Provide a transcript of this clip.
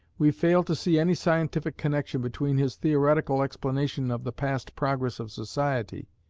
we fail to see any scientific connexion between his theoretical explanation of the past progress of society,